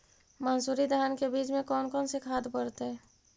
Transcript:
मंसूरी धान के बीज में कौन कौन से खाद पड़तै?